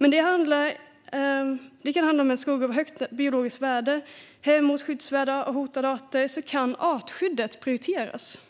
Men om det handlar om en skog av högt biologiskt värde som är hem åt skyddsvärda och hotade arter kan artskyddet prioriteras.